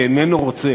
שאיננו רוצה